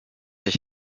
ich